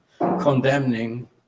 condemning